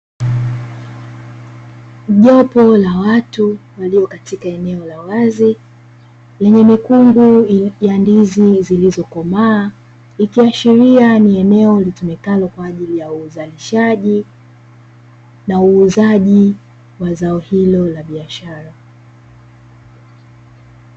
Jopo la watu walio katika eneo la wazi, lenye mikungu ya ndizi zilizokomaa ikiashiria ni eneo litumikalo kwa ajili ya uzalishaji, na uuzaji wa zao hilo la biashara.